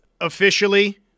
officially